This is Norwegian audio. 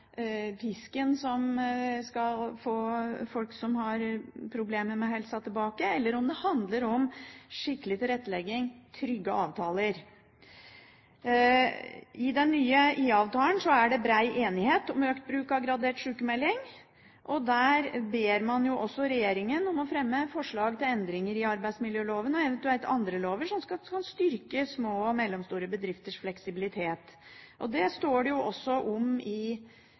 pisken som skal få folk som har problemer med helsen, tilbake, eller om det handler om skikkelig tilrettelegging og trygge avtaler. I den nye IA-avtalen er det bred enighet om økt bruk av gradert sykmelding, og der ber man jo også regjeringen om å fremme forslag til endringer i arbeidsmiljøloven og eventuelt andre lover som kan styrke små og store bedrifters fleksibilitet. Det står også i